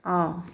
ꯑꯥ